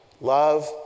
Love